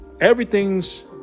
everything's